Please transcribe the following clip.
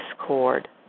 discord